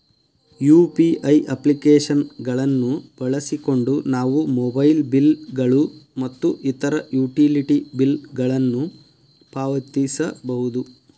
UPI application ಗಳನ್ನು ಬಳಸಿಕೊಂಡು ನಾವು ಮೊಬೈಲ್ ಬಿಲ್ ಗಳು ಮತ್ತು ಇತರ ಯುಟಿಲಿಟಿ ಬಿಲ್ ಗಳನ್ನು ಪಾವತಿಸಬಹುದು